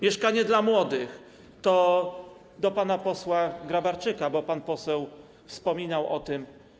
Mieszkanie dla młodych” - to do pana posła Grabarczyka, bo pan poseł wspominał o tym.